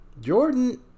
jordan